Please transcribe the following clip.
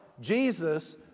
Jesus